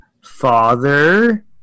Father